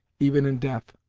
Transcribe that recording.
even in death.